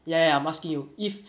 ya ya I'm asking you